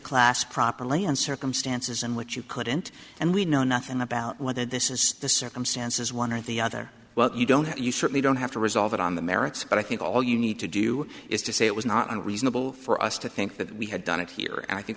class properly and circumstances in which you couldn't and we know nothing about whether this is the circumstances one or the other well you don't you certainly don't have to resolve it on the merits but i think all you need to do is to say it was not unreasonable for us to think that we had done it here and i think